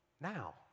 Now